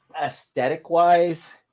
aesthetic-wise